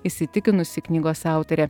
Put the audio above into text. įsitikinusi knygos autorė